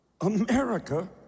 America